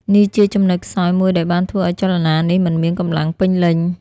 នេះជាចំណុចខ្សោយមួយដែលបានធ្វើឱ្យចលនានេះមិនមានកម្លាំងពេញលេញ។